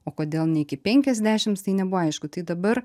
o kodėl ne iki penkiasdešims tai nebuvo aišku tai dabar